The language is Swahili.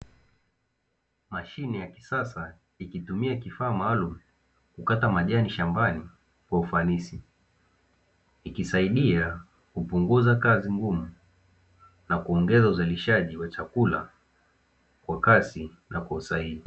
Mashine ya kisasa ikitumia kifaa maalumu kukata majani shambani kwa ufanisi, ikisaidia kupunguza kazi ngumu na kuongeza uzalishaji wa chakula kwa kasi na kwa usahihi.